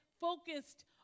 focused